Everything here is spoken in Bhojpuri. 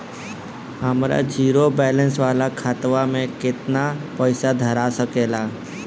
हमार जीरो बलैंस वाला खतवा म केतना पईसा धरा सकेला?